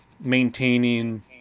maintaining